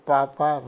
Papa